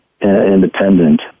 independent